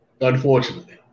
Unfortunately